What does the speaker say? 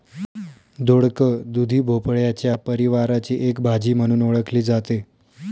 दोडक, दुधी भोपळ्याच्या परिवाराची एक भाजी म्हणून ओळखली जाते